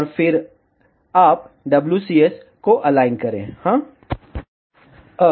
और फिर आप WCS को अलाइन करें हाँ